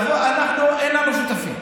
אנחנו, אין לנו שותפים.